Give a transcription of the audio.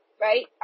right